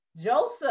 Joseph